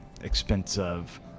expensive